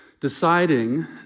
deciding